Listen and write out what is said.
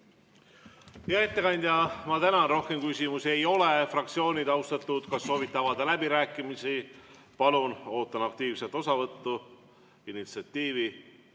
Hea ettekandja, ma tänan, rohkem küsimusi ei ole. Austatud fraktsioonid, kas soovite avada läbirääkimisi? Palun, ootan aktiivset osavõttu, initsiatiivi.